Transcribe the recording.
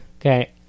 okay